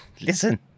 listen